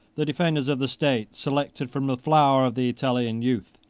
the defenders of the state, selected from the flower of the italian youth,